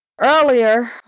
earlier